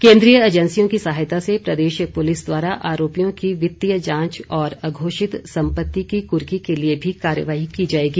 केंद्रीय ऐजेंसियों की सहायता से प्रदेश पुलिस द्वारा आरोपियों की वित्तीय जांच और अघोषित संपत्ति की कुरकी के लिए भी कार्यवाही की जाएगी